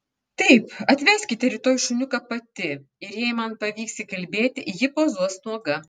taip atveskite rytoj šuniuką pati ir jei man pavyks įkalbėti ji pozuos nuoga